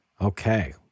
Okay